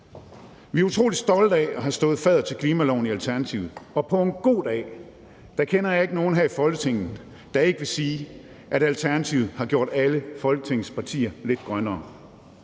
Vi er utrolig stolte af at have stået fadder til klimaloven i Alternativet, og på en god dag kender jeg ikke nogen her i Folketinget, der ikke vil sige, at Alternativet har gjort alle Folketingets partier lidt grønnere.